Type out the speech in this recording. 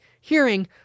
hearing